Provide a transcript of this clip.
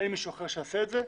אין מישהו אחר שיעשה את זה,